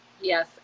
Yes